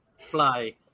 fly